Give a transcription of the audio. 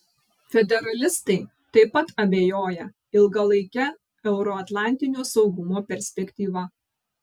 federalistai taip pat abejoja ilgalaike euroatlantinio saugumo perspektyva